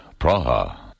Praha